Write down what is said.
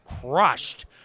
crushed